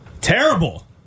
Terrible